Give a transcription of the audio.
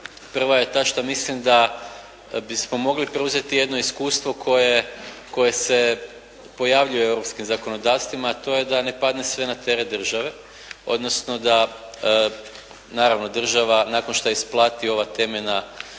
Prva je ta što mislim da bismo mogli preuzeti jedno iskustvo koje se pojavljuje u europskim zakonodavstvima a to je da ne padne sve na teret države odnosno da naravno država nakon što isplati ova temeljna